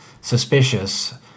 suspicious